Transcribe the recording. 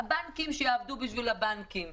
הבנקים, שיעבדו בשביל הבנקים.